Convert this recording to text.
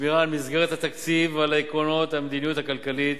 בשמירה על מסגרת התקציב ועל עקרונות המדיניות הכלכלית